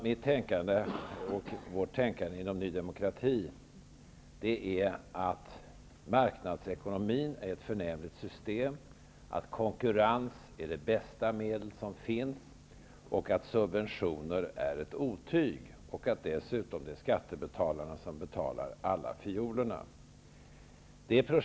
Mitt tänkande och vårt tänkande inom Ny demokrati går ut på att marknadsekonomin är ett förnämligt system, att konkurrens är det bästa medel som finns, att subventioner är ett otyg och att det dessutom är skattebetalarna som betalar fiolerna.